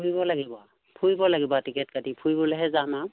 ফুৰিব লাগিব ফুৰিব লাগিব টিকেট কাটি ফুৰিবলৈহে যাম আৰু